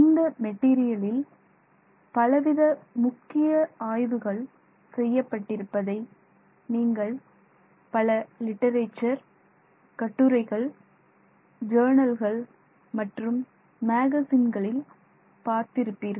இந்த மெட்டீரியலில் பலவித முக்கிய ஆய்வுகள் செய்யப்பட்டிருப்பதை நீங்கள் பல லிட்டரேச்சர் கட்டுரைகள் ஜர்னல்கள் மற்றும் மேகசின்களில் பார்த்திருப்பீர்கள்